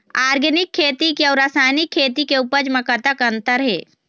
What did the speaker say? Organic खेती के अउ रासायनिक खेती के उपज म कतक अंतर हे?